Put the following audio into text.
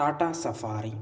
Tata safari